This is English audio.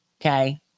Okay